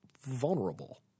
vulnerable